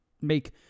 make